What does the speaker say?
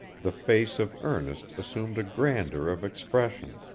the face of ernest assumed a grandeur of expression,